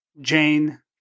Jane